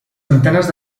antenes